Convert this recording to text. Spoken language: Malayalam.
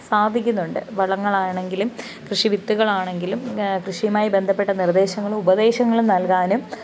സാധിക്കുന്നുണ്ട് വളങ്ങളാണെങ്കിലും കൃഷി വിത്തുകളാണെങ്കിലും കൃഷിയുമായി ബന്ധപ്പെട്ട നിർദ്ദേശങ്ങളും ഉപദേശങ്ങളും നൽകാനും